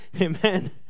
Amen